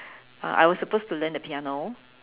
uh I was supposed to learn the piano